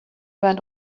went